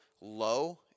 low